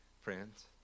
Friends